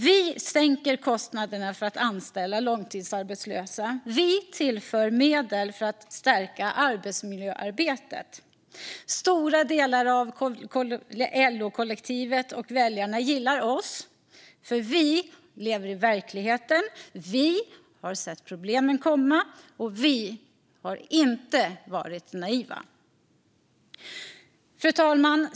Vi sänker kostnaderna för att anställa långtidsarbetslösa. Vi tillför medel för att stärka arbetsmiljöarbetet. Stora delar av LO-kollektivet och väljarna gillar oss, för vi lever i verkligheten. Vi har sett problemen komma, och vi har inte varit naiva. Fru talman!